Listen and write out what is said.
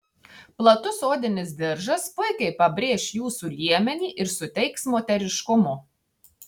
platus odinis diržas puikiai pabrėš jūsų liemenį ir suteiks moteriškumo